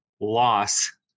loss